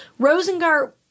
Rosengart